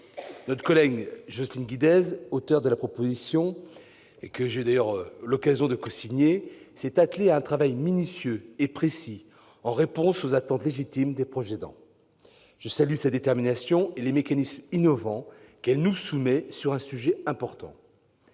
Notre collègue Jocelyne Guidez, auteur de la proposition de loi, que j'ai d'ailleurs cosignée, s'est attelée à un travail minutieux et précis, en réponse aux attentes légitimes des proches aidants. Je salue sa détermination et les mécanismes innovants qu'elle nous soumet sur ce sujet important.